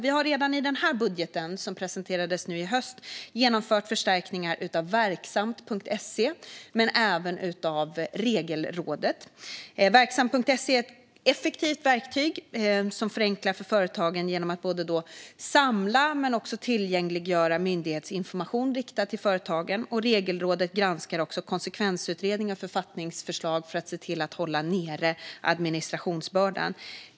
Vi har redan i budgeten som presenterades i höst genomfört förstärkningar av verksamt.se och Regelrådet. Verksamt.se är ett effektivt verktyg som förenklar för företagen genom att samla och tillgängliggöra myndighetsinformation riktad till företagen. Regelrådet granskar konsekvensutredningar och författningsförslag för att se till att hålla nere administrationsbördan.